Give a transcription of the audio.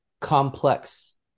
complex